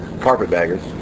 carpetbaggers